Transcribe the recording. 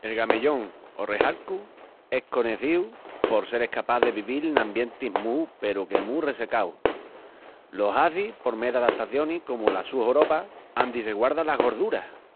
El gamellón o rexalcu es conecíu por sel escapás de vivil n'ambientis mú peru que mú resecáus. Lo hazi por mé d'adatacionis comu las sus horobas, andi se guarda las gorduras.